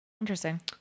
Interesting